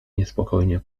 niespokojnie